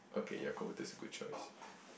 okay yeah computer is a good choice